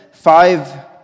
Five